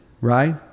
Right